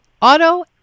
Auto